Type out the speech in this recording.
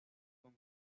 con